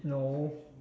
no